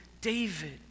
David